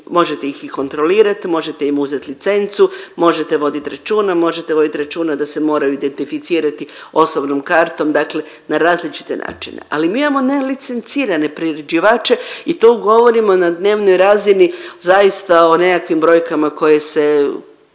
možete ih i kontrolirat, možete im uzet licencu, možete vodit računa, možete vodit računa da se moraju identificirati osobnom kartom, dakle na različite načine ali mi imamo nelicencirane priređivače i tu govorimo na dnevnoj razini zaista o nekakvim brojkama s kojima se